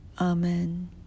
Amen